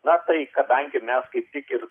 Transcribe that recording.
na tai kadangi mes kaip tik ir